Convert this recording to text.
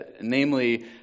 namely